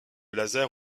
laser